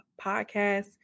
podcast